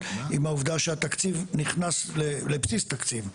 עם העובדה שהתקציב נכנס לבסיס תקציב.